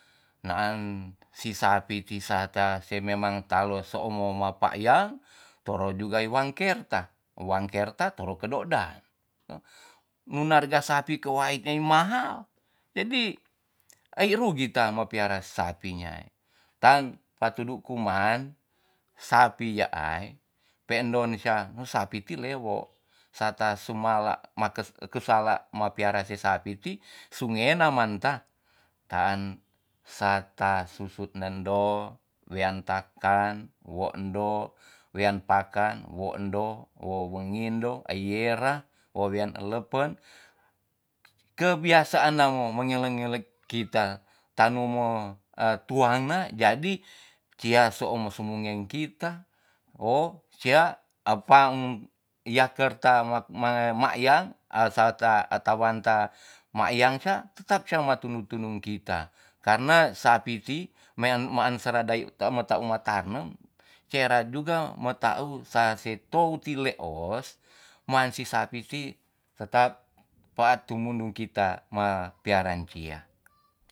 Naan si sapi ti sa tase memang talo somo mapayang toro juga wangkeirta wangkerta toro kedo'dan mu harga sapi kuai mahal jadi ai rugi ta mapiara sapi yai tan patudu kuman sapi yaai pe'ndon sia sapi ti lewo sarta sumala make kesala ma piara se sapi ti sungena manta taan sarta susut nendo wean takan wo endo wean pakan wo endo wo wengindo aiera wo wean elepen kebiasaan namo mengele ngele kita tanu mo e tuang na jadi dia somo semonge kita o sia apa yakerta ma ma'yang asal ta tawanta ma'yang sia tetap sia ma tunung tunung kita karena sapi ti mean maan sera dayu temeta tu ma tanem sera juga meta u sa si tou ti leos masi sapi ti tetap pa tumundung kita mapiaran sia